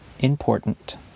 important